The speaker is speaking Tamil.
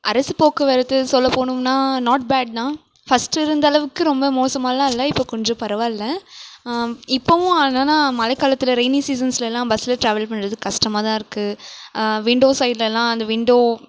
அரசு போக்குவரத்து சொல்ல போகணும்னா நாட் பேட் தான் ஃபஸ்ட்டு இருந்த அளவுக்கு ரொம்ப மோசமாயெலாம் இல்லை இப்போ கொஞ்சம் பரவாயில்ல இப்போவும் என்னென்னா மழை காலத்தில் ரெயினி சீசன்ஸில் எல்லாம் பஸ்சில் ட்ராவல் பண்ணுறது கஷ்டமா தான் இருக்குது விண்டோ சைட்யெலலாம் அந்த விண்டோ